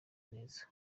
neza